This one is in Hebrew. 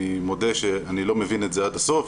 אני מודה שאני לא מבין את זה עד הסוף.